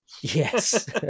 Yes